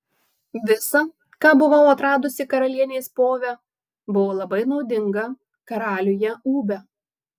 visa ką buvau atradusi karalienės pove buvo labai naudinga karaliuje ūbe